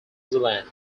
zealand